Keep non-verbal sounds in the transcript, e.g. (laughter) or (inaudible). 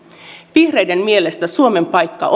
vihreiden mielestä suomen paikka (unintelligible)